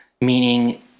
meaning